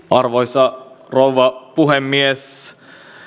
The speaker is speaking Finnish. arvoisa rouva puhemies